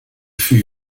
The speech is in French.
fut